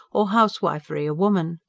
or house-wifery a woman.